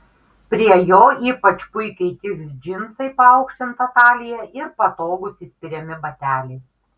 prie jo ypač puikiai tiks džinsai paaukštinta talija ir patogūs įspiriami bateliai